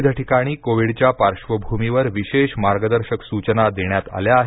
विविध ठिकाणी कोविड च्या पार्श्वभूमीवर विशेष मार्गदर्शक सूचना देण्यात आल्या आहेत